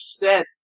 dead